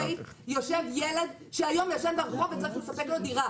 יושב ילד שהיום ישן ברחוב וצריך לספק לו דירה